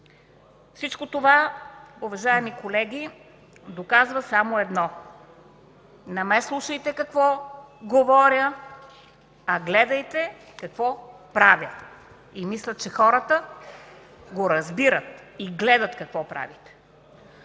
Всичко това, уважаеми колеги, доказва само едно – не ме слушайте какво говоря, а гледайте какво правя. И мисля, че хората го разбират и гледат какво правите!